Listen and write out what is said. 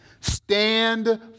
Stand